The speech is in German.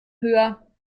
höher